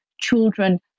children